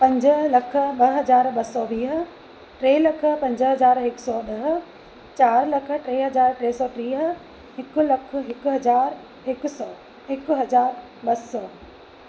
पंज लख ॿ हज़ार ॿ सौ वीह टे लख पंज हज़ार हिकु सौ ॾह चारि लख टे हज़ार टे सौ टीह हिकु लख हिकु हज़ार हिकु सौ हिकु हज़ार ॿ सौ